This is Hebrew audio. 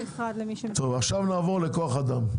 עכשיו נעבור לכוח אדם.